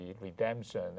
redemption